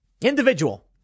individual